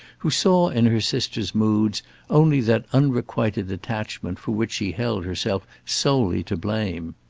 who saw in her sister's moods only that unrequited attachment for which she held herself solely to blame.